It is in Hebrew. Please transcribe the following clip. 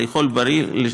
לאכול בריא,